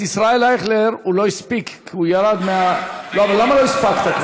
ישראל אייכלר לא הספיק, כי הוא ירד, למה לא הספקת?